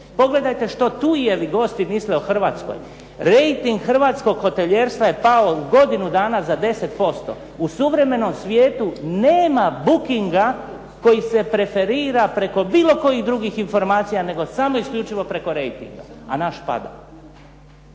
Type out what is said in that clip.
se ne razumije./... gosti misle o Hrvatskoj. Rejting hrvatskog hotelijerstva je pao godinu dana za 10%. U suvremenom svijetu nema bookinga koji se preferira preko bilo kojih drugih informacija nego samo isključivo preko rejtinga, a naš pada.